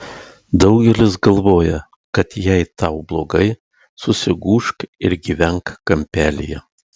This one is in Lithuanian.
daugelis galvoja kad jei tau blogai susigūžk ir gyvenk kampelyje